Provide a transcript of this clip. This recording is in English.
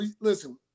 Listen